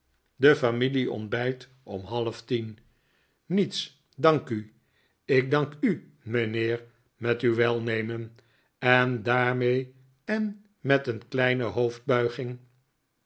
de familie ontbijt om half tien niets dank u ik dank u mijnheer met uw welnemen en daarmee en met een kleine hoofdbuiging